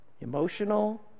emotional